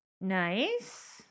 Nice